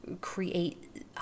create